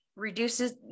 Reduces